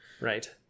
Right